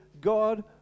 God